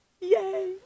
Yay